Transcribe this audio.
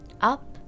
Up